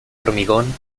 hormigón